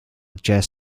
jazz